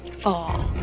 fall